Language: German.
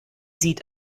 sieht